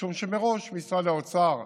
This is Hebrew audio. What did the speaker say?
משום שמראש משרד האוצר,